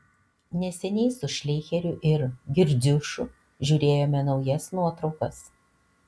neseniai su šleicheriu ir girdziušu žiūrėjome naujas nuotraukas